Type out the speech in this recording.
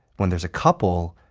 when there's a couple,